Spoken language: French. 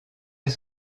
les